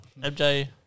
MJ